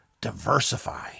diversify